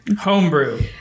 homebrew